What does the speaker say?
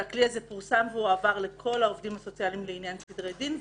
והכלי הזה פורסם והועבר לכל העובדים הסוציאליים לעניין סדרי דין,